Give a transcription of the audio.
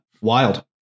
wild